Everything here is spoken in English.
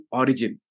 origin